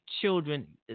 children